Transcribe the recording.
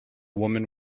woman